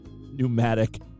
Pneumatic